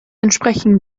entsprechen